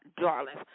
darlings